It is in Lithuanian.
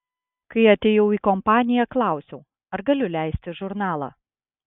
kai atėjau į kompaniją klausiau ar galiu leisti žurnalą